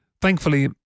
Thankfully